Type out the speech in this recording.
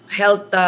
health